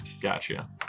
gotcha